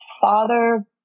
father